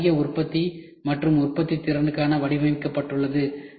இது அதிக உற்பத்தி மற்றும் உற்பத்தித்திறனுக்காக வடிவமைக்கப்பட்டுள்ளது